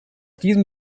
diesem